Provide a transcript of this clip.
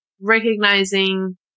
recognizing